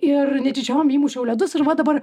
ir netyčiom įmušiau ledus ir va dabar